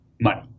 Money